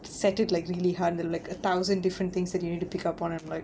set it like really hard like a thousand different things that you need to pick up on I'm like